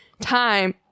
time